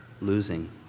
losing